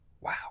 wow